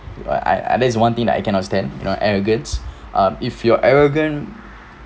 I I there's one thing that I cannot stand you know arrogance um if you're arrogant